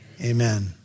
Amen